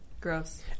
Gross